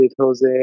jose